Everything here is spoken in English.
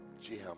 Jim